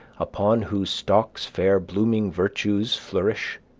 upon whose stocks fair blooming virtues flourish,